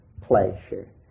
pleasure